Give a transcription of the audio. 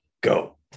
go